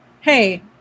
hey